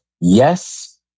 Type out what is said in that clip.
yes